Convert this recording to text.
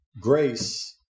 Grace